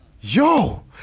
Yo